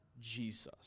Jesus